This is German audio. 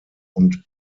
und